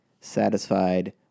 satisfied